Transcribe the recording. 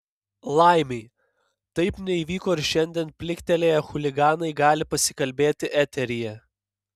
laimei taip neįvyko ir šiandien pliktelėję chuliganai gali pasikalbėti eteryje